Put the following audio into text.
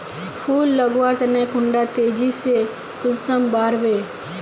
फुल लगवार तने कुंडा तेजी से कुंसम बार वे?